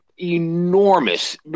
enormous